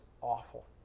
awful